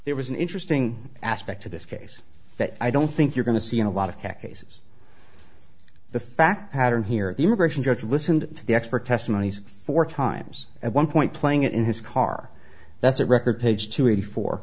there was an interesting aspect to this case that i don't think you're going to see in a lot of cases the fact pattern here the immigration judge listened to the expert testimony four times at one point playing it in his car that's a record page two eighty four